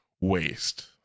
waste